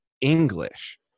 English